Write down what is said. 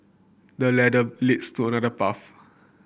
the ladder leads to another path